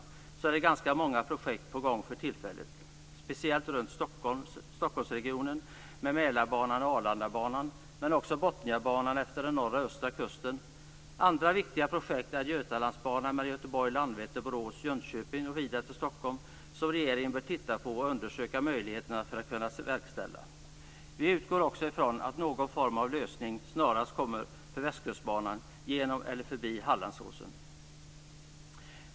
För tillfället är ganska många projekt på gång, speciellt i Stockholmsregionen med Mälarbanan och Arlandabanan, men också Botniabanan längs den nordöstra kusten. Ett annat viktigt projekt är Götalandsbanan Göteborg-Landvetter-Borås-Jönköping och vidare till Stockholm. Regeringen bör undersöka möjligheterna att genomföra detta projekt. Vi utgår också från att det snarast kommer någon form av lösning av Västkustbanan genom eller förbi Hallandsåsen.